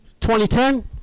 2010